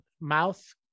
mouth